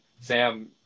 Sam